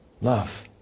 love